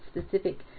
specific